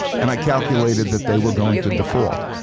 and i calculated that they were going to default.